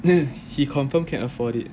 he confirm can afford it